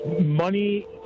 Money